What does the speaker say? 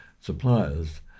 suppliers